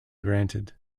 granted